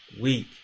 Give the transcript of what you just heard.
week